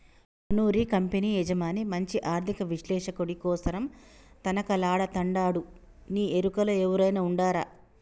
మనూరి కంపెనీ యజమాని మంచి ఆర్థిక విశ్లేషకుడి కోసరం తనకలాడతండాడునీ ఎరుకలో ఎవురైనా ఉండారా